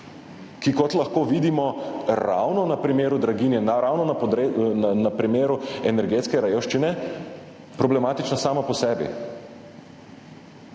je, kot lahko vidimo ravno na primeru draginje, ravno na primeru energetske revščine, problematična sama po sebi,